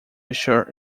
ensure